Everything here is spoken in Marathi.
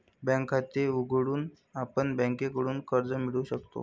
बँक खाते उघडून आपण बँकेकडून कर्ज मिळवू शकतो